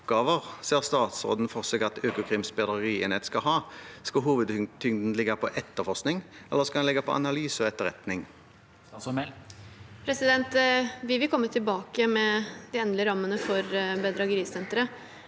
Vi vil komme til- bake med de endelige rammene for bedragerisenteret,